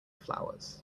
flowers